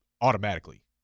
automatically